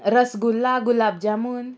rasgulla gulab jamun